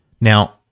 Now